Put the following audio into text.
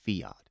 fiat